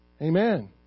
Amen